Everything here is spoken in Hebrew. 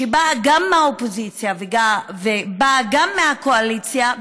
שבאה גם מהאופוזיציה וגם מהקואליציה,